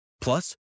Plus